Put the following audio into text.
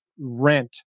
rent